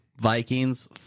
Vikings